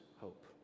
hope